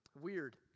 Weird